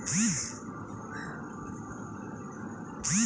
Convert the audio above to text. commercial banking পরিষেবাগুলি সাধারণ মানুষের জন্য বেশ উপকারী